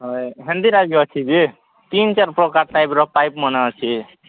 ହ ହେନ୍ତି ନାଇଁ କି ଅଛି ଯେ ତିନ୍ ଚାର୍ ପ୍ରକାର ଟାଇପ୍ର ପାଇପ୍ମାନେ ଅଛି